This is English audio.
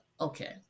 Okay